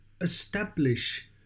establish